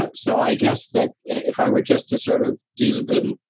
but so i guess that if i were just to sort of do the,